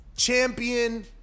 champion